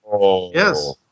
Yes